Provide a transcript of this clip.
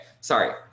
Sorry